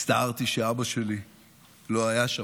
הצטערתי שאבא שלי לא היה שם,